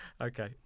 Okay